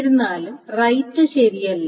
എന്നിരുന്നാലും റൈറ്റ് ശരിയല്ല